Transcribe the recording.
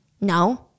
No